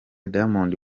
diamond